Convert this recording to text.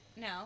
No